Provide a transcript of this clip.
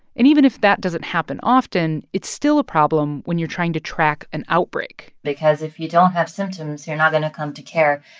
and even if that doesn't happen often, it's still a problem when you're trying to track an outbreak because if you don't have symptoms, you're not going to come to care.